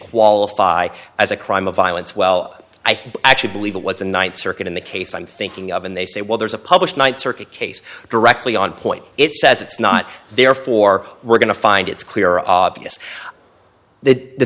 qualify as a crime of violence well i actually believe it was the ninth circuit in the case i'm thinking of and they say well there's a published ninth circuit case directly on point it says it's not therefore we're going to find it's clear obvious th